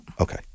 Okay